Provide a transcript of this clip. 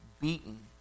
beaten